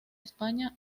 españa